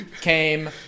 came